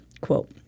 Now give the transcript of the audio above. Quote